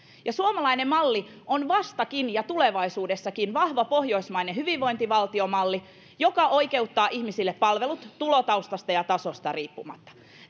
ja suomalainen malli on vastakin ja tulevaisuudessakin vahva pohjoismainen hyvinvointivaltiomalli joka oikeuttaa ihmisille palvelut tulotaustasta ja tasosta riippumatta